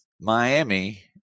Miami